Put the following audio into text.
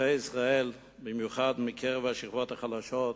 אזרחי ישראל, במיוחד מקרב השכבות החלשות,